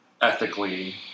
Ethically